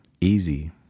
easy